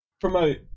promote